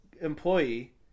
employee